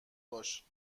باش